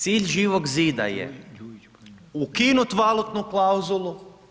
Cilj Živog zida je ukinuti valutnu klauzulu.